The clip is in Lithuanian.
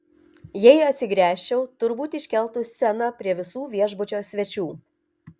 jei atsigręžčiau turbūt iškeltų sceną prie visų viešbučio svečių